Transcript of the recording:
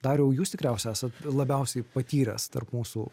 dariau jūs tikriausiai esat labiausiai patyręs tarp mūsų